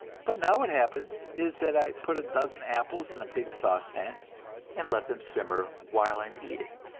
but now what happens is that i put a dozen apples in a big sauce-pan and let them simmer while i am eating.